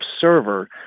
server